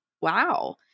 wow